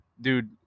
Dude